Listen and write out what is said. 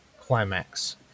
Climax